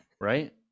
right